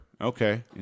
okay